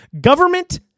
government